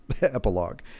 epilogue